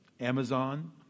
Amazon